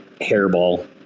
hairball